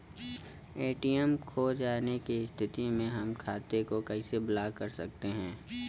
ATM खो जाने की स्थिति में हम खाते को कैसे ब्लॉक कर सकते हैं?